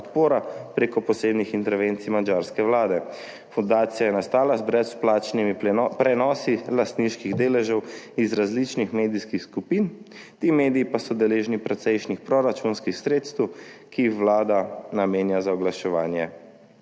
prek posebnih intervencij madžarske vlade. Fundacija je nastala z brezplačnimi prenosi lastniških deležev iz različnih medijskih skupin, ti mediji pa so deležni precejšnjih proračunskih sredstev, ki jih vlada namenja za oglaševanje.